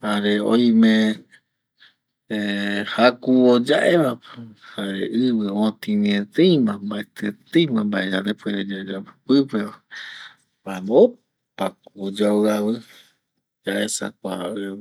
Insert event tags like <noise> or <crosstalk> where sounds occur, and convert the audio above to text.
jare oime <hesitation> jakuvo yae va jare ivi otini eteima mbaeti eteima mbae yandepuere yayapo pipe va, jaema opa ko oyoavi avi se aesa kua ivi